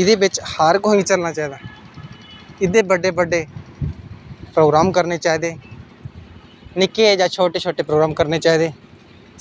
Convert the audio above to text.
एह्दे बिच्च हर कुसै गी चलना चाहिदा एह्दे बड्डे बड्डे प्रोग्राम करने चाहिदे निक्के जां छोटे छोटे प्रोग्राम करने चाहिदे